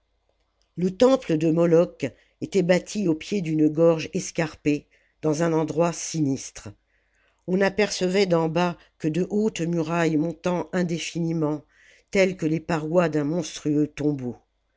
le temple de moloch était bâti au pied d'une gorge escarpée dans un endroit sinistre on n'apercevait d'en bas que de hautes murailles montant indéfiniment telles que les parois d'un monstrueux tombeau